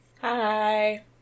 Hi